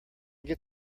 get